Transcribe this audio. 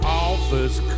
office